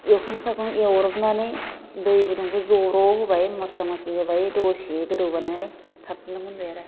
एवखां सावखां एवब्रबनानै दै गुदुंखौ जब्र' होबाय मस्ला मस्लि होबाय दसे गोदौ होबानो थाबनो मोनबाय आरो